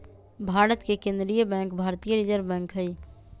भारत के केंद्रीय बैंक भारतीय रिजर्व बैंक हइ